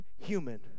human